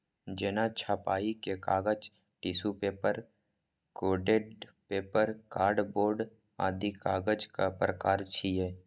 जेना छपाइ के कागज, tissue paper, coated paper, card board आदि कागजक प्रकार छियै